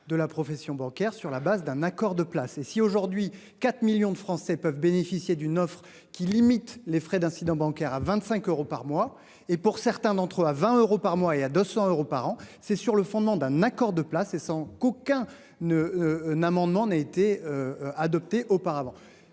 de la profession bancaire, sur la base d'un accord de place et si aujourd'hui 4 millions de Français peuvent bénéficier d'une offre qui limite les frais d'incident bancaire à 25 euros par mois et pour certains d'entre eux à 20 euros par mois et à 200 euros par an. C'est sur le fondement d'un accord de place et sans qu'aucun ne un amendement n'a été. Adopté auparavant.